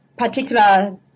particular